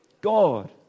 God